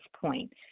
point